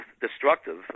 destructive